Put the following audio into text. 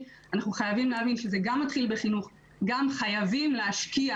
אנחנו מקבלים אותו בחיבוק ולוקחים אותו בכל הרצינות המגיעה